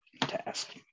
task